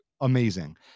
amazing